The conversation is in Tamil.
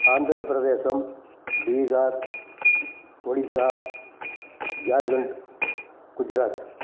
ஆந்திரபிரதேஷம் பீகார் ஒடிசா ஜார்கண்ட் குஜராத்